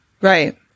Right